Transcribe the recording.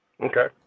Okay